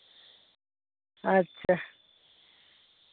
ᱟᱪᱪᱷᱟ